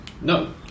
No